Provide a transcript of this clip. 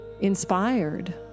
inspired